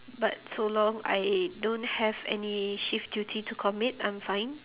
but so long I don't have any shift duty to commit I'm fine